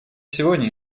сегодня